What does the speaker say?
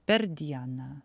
per dieną